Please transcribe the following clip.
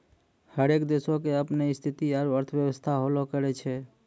हरेक देशो के अपनो स्थिति आरु अर्थव्यवस्था होलो करै छै